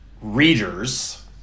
readers